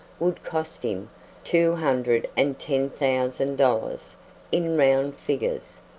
would cost him two hundred and ten thousand dollars in round figures.